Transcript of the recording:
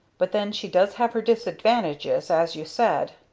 but then she does have her disadvantages as you said.